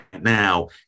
now